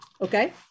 Okay